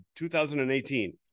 2018